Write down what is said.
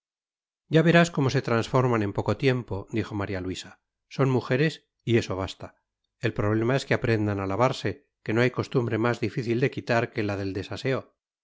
ya verás cómo se transforman en poco tiempo dijo maría luisa son mujeres y eso basta el problema es que aprendan a lavarse que no hay costumbre más difícil de quitar que la del desaseo